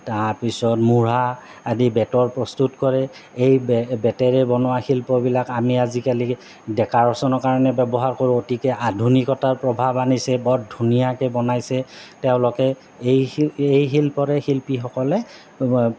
তাৰপিছত মূঢ়া আদি বেতৰ প্ৰস্তুত কৰে এই বেতেৰে বনোৱা শিল্পবিলাক আমি আজিকালি ডেকাৰচনৰ কাৰণে ব্যৱহাৰ কৰোঁ অতিকে আধুনিকতাৰ প্ৰভাৱ আনিছে বৰ ধুনীয়াকে বনাইছে তেওঁলোকে এই এই শিল্পৰে শিল্পীসকলে